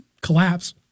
collapse